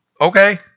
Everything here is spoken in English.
Okay